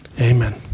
Amen